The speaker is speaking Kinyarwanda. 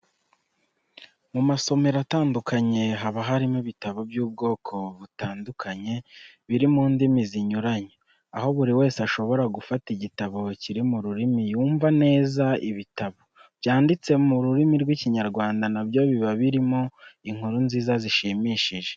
Mu masomero atandukanye haba harimo ibitabo by'ubwoko bitandukanye biri mu ndimi zinyuranye, aho buri wese ashobora gufata igitabo kiri mu rurimi yumva neza, ibitabo byanditse mu rurimi rw'Ikinyarwanda na byo biba bihari birimo inkuru nziza zishimishije.